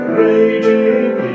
raging